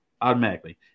automatically